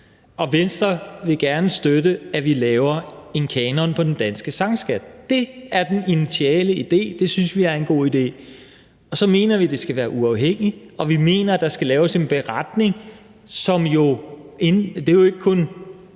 og Venstre vil gerne støtte, at vi laver en kanon for den danske sangskat. Det er den initiale idé, og det synes vi er en god idé. Og så mener vi, at det skal være uafhængigt, og vi mener, at der skal laves en beretning. Det er jo ikke kun